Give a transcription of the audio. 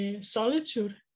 solitude